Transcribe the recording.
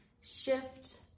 shift